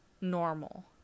normal